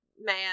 man